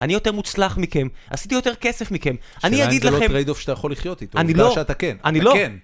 אני יותר מוצלח מכם, עשיתי יותר כסף מכם, אני אגיד לכם... השאלה אם זה לא טריידוף שאתה יכול לחיות איתו, אני לא, עובדה שאתה כן, אני לא, אתה כן.